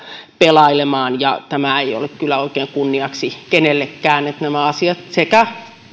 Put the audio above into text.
pelailemaan tämä ei ole kyllä kunniaksi oikein kenellekään nämä asiat sekä